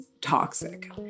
toxic